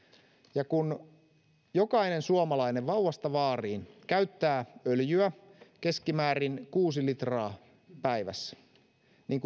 ja kun jokainen suomalainen vauvasta vaariin käyttää öljyä keskimäärin kuusi litraa päivässä niin